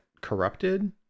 corrupted